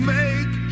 make